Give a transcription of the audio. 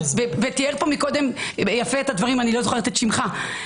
ותאר פה קודם יפה את הדברים נציג רשות האוכלוסין.